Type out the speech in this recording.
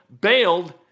bailed